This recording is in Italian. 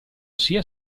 sia